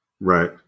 Right